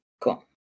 cool